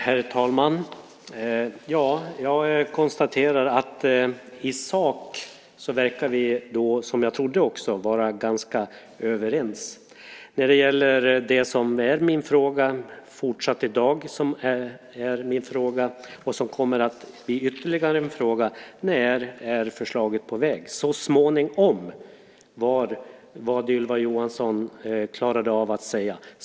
Herr talman! Jag konstaterar att vi i sak, som jag trodde, verkar vara ganska överens. Det som fortsatt är min fråga i dag och som kommer att bli ytterligare en fråga är: När är förslaget på väg? Så småningom, var vad Ylva Johansson klarade av att säga.